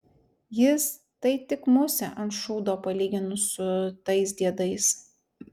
jis tai tik musė ant šūdo palyginus su tais diedais